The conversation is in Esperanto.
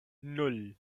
nul